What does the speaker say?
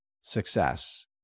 success